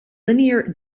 linear